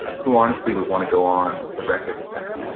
who honestly would want to go on the record with that?